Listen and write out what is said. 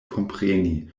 kompreni